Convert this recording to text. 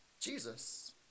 Jesus